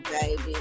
baby